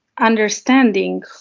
understanding